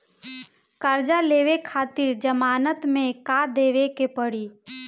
कर्जा लेवे खातिर जमानत मे का देवे के पड़ी?